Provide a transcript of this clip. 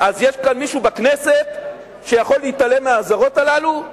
אז יש כאן מישהו בכנסת שיכול להתעלם מהאזהרות הללו?